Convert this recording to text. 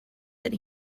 that